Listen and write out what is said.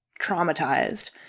traumatized